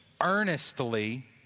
earnestly